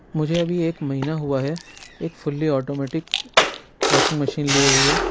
مجھے ابھی ایک مہینہ ہُوا ہے ایک فلی اوٹومیٹک واشنگ مشین لئے ہوئے